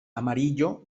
amarillo